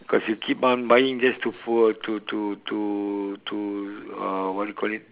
cause you keep on buying just to fork to to to to uh what do you call it